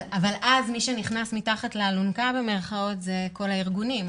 אבל אז מי שנכנס מתחת לאלונקה זה כל הארגונים,